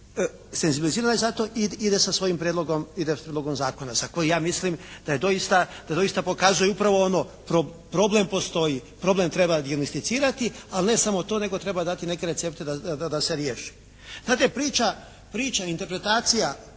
senzibilizirala i zato ide sa svojim prijedlogom, ide s Prijedlogom zakona za koji ja mislim da je doista, da doista pokazuje upravo ono problem postoji, problem treba dijagnosticirati, ali ne samo to, nego treba dati i neke recepte da se riješi.